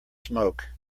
smoke